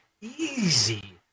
Easy